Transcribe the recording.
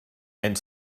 and